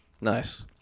nice